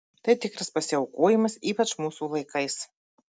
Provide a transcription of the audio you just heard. tai tikras pasiaukojimas ypač mūsų laikais